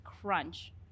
crunch